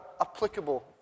applicable